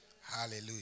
Hallelujah